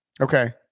Okay